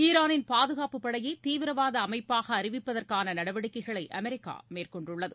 ஈரானின் பாதுகாப்பு படையைதீவிரவாதஅமைப்பாகஅறிவிப்பதற்கானநடவடிக்கைகளைஅமெரிக்காமேற்கொண்டுள்ளது